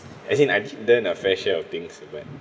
as in I've done a fair share of things but